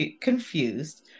confused